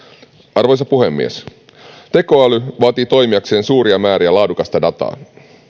arvoisa puhemies tekoäly vaatii toimiakseen suuria määriä laadukasta dataa